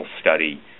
study